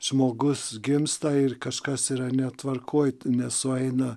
žmogus gimsta ir kažkas yra netvarkoj nesueina